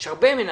יש הרבה מנהלים,